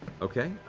okay.